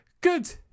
Good